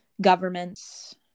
governments